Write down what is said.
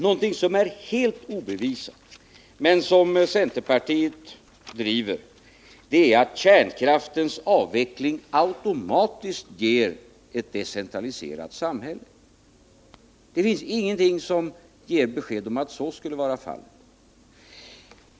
Någonting som är helt obevisat men som centerpartiet driver är att kärnkraftens avveckling automatiskt ger ett decentraliserat samhälle. Det finns ingenting som ger besked om att så skulle vara fallet.